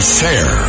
fair